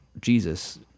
Jesus